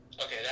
Okay